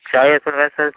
چائے اصل میں سر